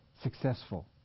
successful